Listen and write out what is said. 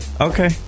okay